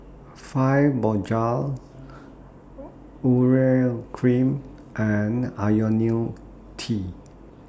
Fibogel Urea Cream and Ionil T